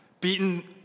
Beaten